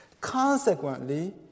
Consequently